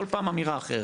כל פעם אמירה אחרת.